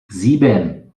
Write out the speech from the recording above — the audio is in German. sieben